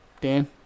Dan